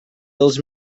dels